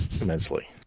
immensely